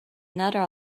another